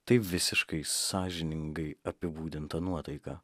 tai visiškai sąžiningai apibūdinta nuotaika